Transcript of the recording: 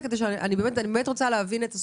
אני באמת רוצה להבין את הסכומים.